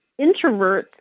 introverts